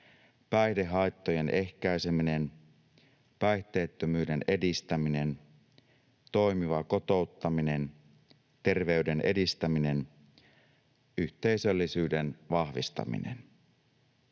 päihdehaittojen ehkäiseminen, päihteettömyyden edistäminen, toimiva kotouttaminen, terveyden edistäminen, yhteisöllisyyden vahvistaminen.